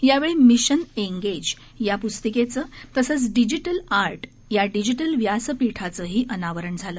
यावेळी mission engage या प्स्तिकेचे तसंच डिजीटल आर्ट या डिजीटल व्यासपीठाचंही अनावरण झालं